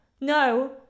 no